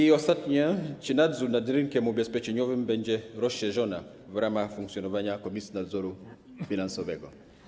I ostatnie pytanie: Czy nadzór nad rynkiem ubezpieczeniowym będzie rozszerzony w ramach funkcjonowania Komisji Nadzoru Finansowego?